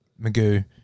Magoo